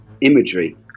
imagery